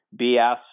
BS